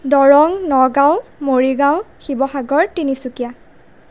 Darrang Nagaon Morigaon Sivasagar Tinsukia